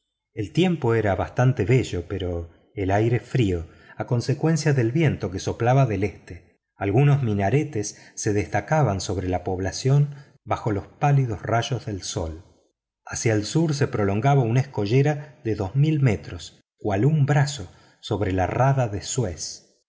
el tiempo era bastante hermoso pero el aire frío a consecuencia del viento que soplaba del este algunos minaretes se destacaban sobre la población bajo los pálidos rayos del sol hacia el sur se prolongaba una escollera de dos mil metros cual un brazo sobre la rada de suez por